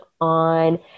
on